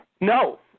no